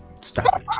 stop